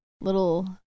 little